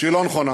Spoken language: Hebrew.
שהיא לא נכונה.